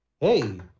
Hey